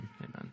Amen